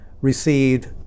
received